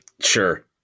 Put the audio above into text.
Sure